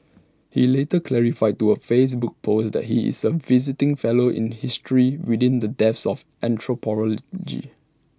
he later clarified to A Facebook post that he is A visiting fellow in history within the depth of anthropology